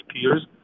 peers